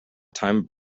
time